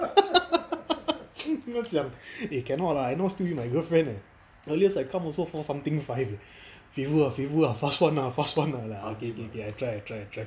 他讲 eh cannot lah I now still with my girlfriend eh earliest I come also four something five eh favour ah favour ah fast [one] ah fast [one] ah ah okay okay I try I try I try